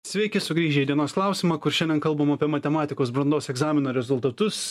sveiki sugrįžę į dienos klausimą kur šiandien kalbam apie matematikos brandos egzamino rezultatus